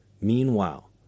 Meanwhile